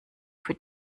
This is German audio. für